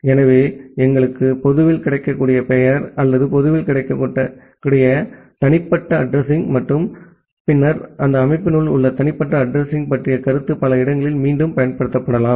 எனவே எங்களுக்கு பொதுவில் கிடைக்கக்கூடிய பெயர் அல்லது பொதுவில் கிடைக்கக்கூடிய தனிப்பட்ட அட்ரஸிங் மற்றும் பின்னர் அந்த அமைப்பினுள் உள்ள தனிப்பட்ட அட்ரஸிங் பற்றிய கருத்து பல இடங்களில் மீண்டும் பயன்படுத்தப்படலாம்